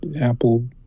Apple